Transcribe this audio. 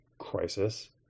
crisis